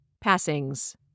Passings